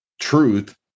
truth